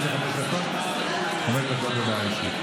הודעה אישית,